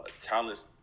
talents